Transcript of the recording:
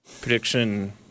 Prediction